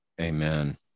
Amen